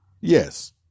yes